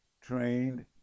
trained